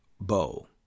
bow